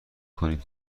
کنیم